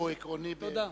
תודה.